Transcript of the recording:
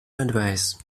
advise